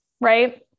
right